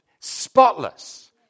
spotless